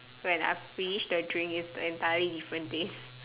when I finish the drink is the entirely different taste